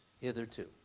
hitherto